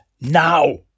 Now